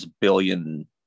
billion